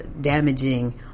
damaging